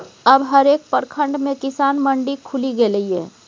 अब हरेक प्रखंड मे किसान मंडी खुलि गेलै ये